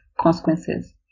consequences